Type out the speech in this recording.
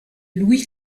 louis